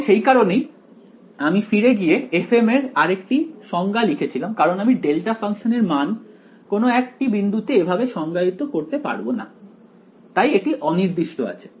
এবং সেই কারণেই আমি ফিরে গিয়ে fm এর আরেকটি সংজ্ঞা লিখেছিলাম কারণ আমি ডেল্টা ফাংশন এর মান কোন একটি বিন্দুতে এভাবে সংজ্ঞায়িত করতে পারবোনা তাই এটি অনির্দিষ্ট আছে